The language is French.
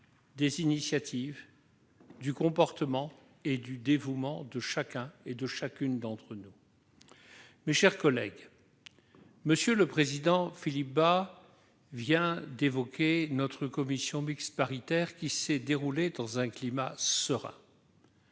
des initiatives, du comportement et du dévouement de chacun et de chacune d'entre nous. Mes chers collègues, M. le président Philippe Bas vient d'évoquer notre commission mixte paritaire, qui s'est déroulée dans un climat serein.